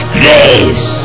grace